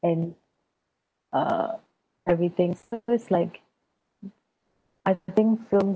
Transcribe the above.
and uh everything like I think films